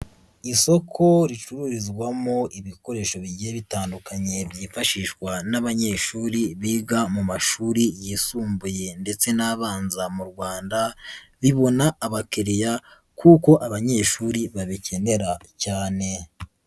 Isoko ricururizwamo ibikoresho bigiye bitandukanye ,byifashishwa n'abanyeshuri biga mu mashuri yisumbuye ndetse n'abanza mu Rwanda, bibona abakiriya kuko abanyeshuri babikenera cyane.